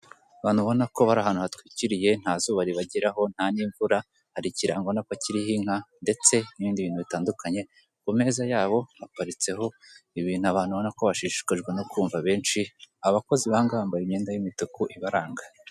Abantu ubona ko bari ahantu hatwikiriye, nta zuba ribageraho ntan'imvura, hari ikirango ubona ko kiriho inka, ndetse n'ibindi bintu bitandukanye, ku meza yabo haparitseho ibintu abantu ubona ko bashishikajwe no kumva abenshi, abakozi bahangaha bambaye imyenda y'imituku ibaranga.